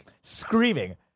screaming